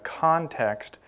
context